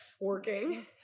Working